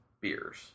beers